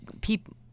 people